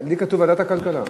הכלכלה.